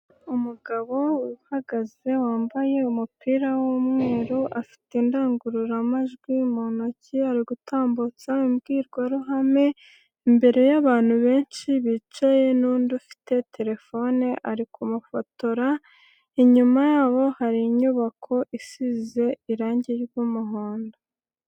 Umugabo uhagaze wambaye umupira w'umweru, afite indangururamajwi mu ntoki ari gutambutsa imbwirwaruhame imbere yabantu benshi bicaye, n'undi ufite telefone ari kumufotora, inyuma yabo hari inyubako isize irangi ry'umuhondo.